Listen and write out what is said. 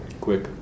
Quick